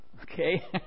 okay